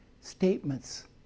statements